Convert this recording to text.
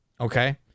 okay